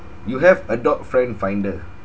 you have adult friend finder